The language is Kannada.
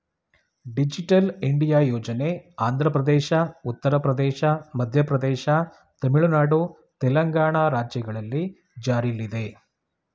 ಡಿಜಿಟಲ್ ಇಂಡಿಯಾ ಯೋಜನೆ ಆಂಧ್ರಪ್ರದೇಶ, ಉತ್ತರ ಪ್ರದೇಶ, ಮಧ್ಯಪ್ರದೇಶ, ತಮಿಳುನಾಡು, ತೆಲಂಗಾಣ ರಾಜ್ಯಗಳಲ್ಲಿ ಜಾರಿಲ್ಲಿದೆ